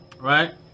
Right